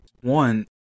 one